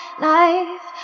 knife